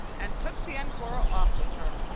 and took the angora off with her.